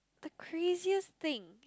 the craziest thing